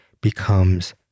becomes